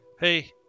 Hey